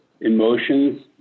emotions